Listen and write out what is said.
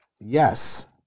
yes